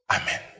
amen